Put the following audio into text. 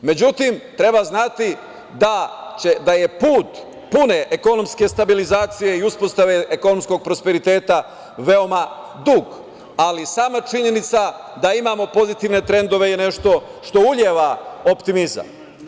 Međutim, treba znati da je put pune ekonomske stabilizacije i uspostave ekonomskog prosperiteta veoma dug, ali sama činjenica da imamo pozitivne trendove je nešto što uliva optimizam.